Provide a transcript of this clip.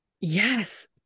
yes